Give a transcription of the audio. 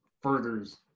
furthers